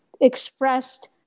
expressed